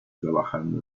trabajando